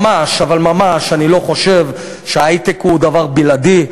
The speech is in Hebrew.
ממש, אבל ממש, אני לא חושב שהיי-טק הוא דבר בלעדי.